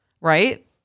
Right